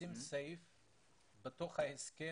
האם הם מוכנים לשים את הסעיף בתוך ההסכם,